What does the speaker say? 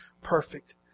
perfect